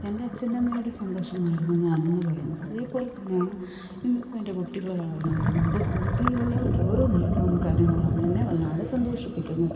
എൻ്റെ അച്ഛൻ്റേയും അമ്മയുടേയും സന്തോഷമായിരുന്നു ഞാനെന്നു പറയുന്നത് അതേ പോലെ തന്നെയാണ് ഇന്നിപ്പോൾ എൻ്റെ കുട്ടികൾ വളർന്നു വരുന്നുണ്ട് അവരിലുള്ള ഓരോരോ നേട്ടവും കാര്യങ്ങളുമാണ് എന്നെ വല്ലാതെ സന്തോഷിപ്പിക്കുന്നത്